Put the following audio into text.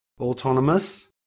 Autonomous